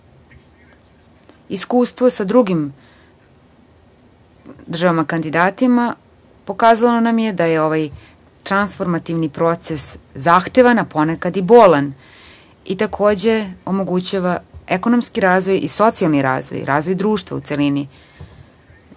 kraju. Iskustva sa drugim država kandidatima pokazalo nam je da je ovaj transformativni proces zahtevan, a ponekad i bolan i takođe omogućava ekonomski razvoj i socijalni razvoj, razvoj društva u celini.